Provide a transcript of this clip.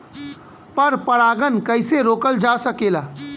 पर परागन कइसे रोकल जा सकेला?